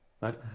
right